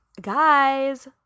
Guys